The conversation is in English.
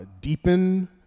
deepen